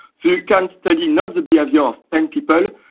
so you can study not the behaviour of ten people,